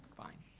fine.